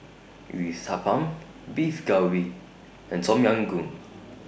Uthapam Beef Galbi and Tom Yam Goong